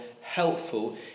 helpful